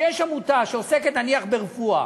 כשיש עמותה שעוסקת נניח ברפואה,